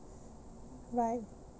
right